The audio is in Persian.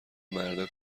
مردا